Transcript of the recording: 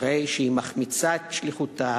הרי שהיא מחמיצה את שליחותה,